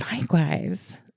Likewise